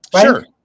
Sure